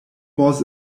was